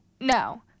no